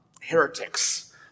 heretics